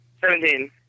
Seventeen